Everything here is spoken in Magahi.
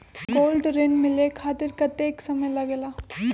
गोल्ड ऋण मिले खातीर कतेइक समय लगेला?